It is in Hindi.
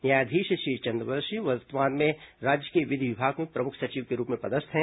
न्यायाधीश श्री चंद्रवंशी वर्तमान में राज्य के विधि विभाग में प्रमुख सचिव के रूप में पदस्थ हैं